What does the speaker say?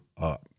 up